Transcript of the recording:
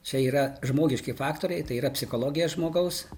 čia yra žmogiški faktoriai tai yra psichologija žmogaus